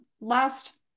last